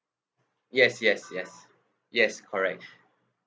yes yes yes yes correct